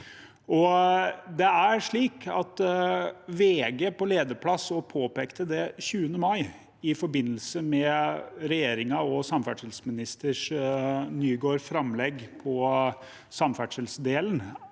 VG på lederplass også påpekte det 20. mai, i forbindelse med regjeringen og samferdselsminister Nygårds framlegg av samferdselsdelen